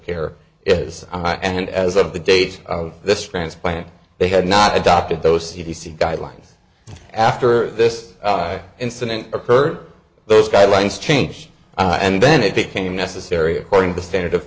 care is and as of the date of this transplant they had not adopted those c d c guidelines after this incident occurred those guidelines change and then it became necessary according to standard of